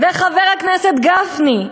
חבר הכנסת גפני,